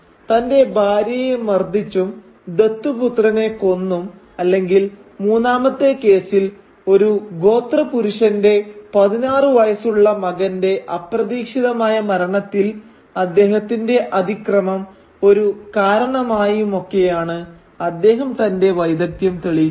തന്റെ ഭാര്യയെ മർദ്ദിച്ചും ദത്തുപുത്രനെ കൊന്നും അല്ലെങ്കിൽ മൂന്നാമത്തെ കേസിൽ ഒരു ഗോത്ര പുരുഷന്റെ 16 വയസ്സുള്ള മകന്റെ അപ്രതീക്ഷിതമായ മരണത്തിൽ അദ്ദേഹത്തിന്റെ അതിക്രമം ഒരു കാരണമായിയുമൊക്കെയാണ് അദ്ദേഹം തന്റെ വൈദഗ്ധ്യം തെളിയിച്ചത്